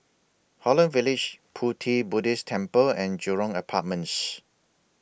Holland Village Pu Ti Buddhist Temple and Jurong Apartments